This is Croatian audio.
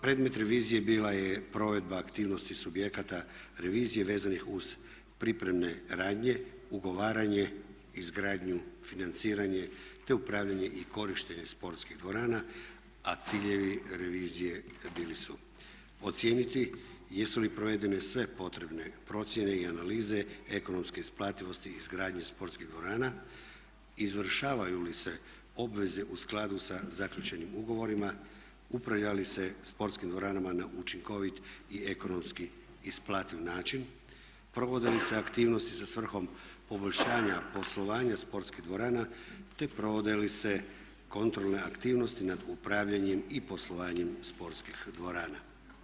Predmet revizije bila je provedba aktivnosti subjekata revizije vezanih uz pripremne radnje, ugovaranje, izgradnju, financiranje te upravljanje i korištenje sportskih dvorana a ciljevi revizije bili su ocijeniti jesu li provedene sve potrebne procjene i analize ekonomske isplativosti izgradnje sportskih dvorana, izvršavaju li se obveze u skladu sa zaključenim ugovorima, upravlja li se sportskim dvoranama na učinkovit i ekonomski isplativ način, provode li se aktivnosti sa svrhom poboljšanja poslovanja sportskih dvorana te provode li se kontrolne aktivnosti nad upravljanjem i poslovanjem sportskih dvorana.